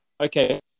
Okay